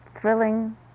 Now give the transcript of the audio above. thrilling